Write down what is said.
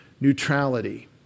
neutrality